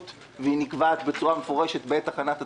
והיא נקבעת בצורה מפורשת בעת הכנת התקציב.